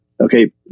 Okay